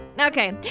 Okay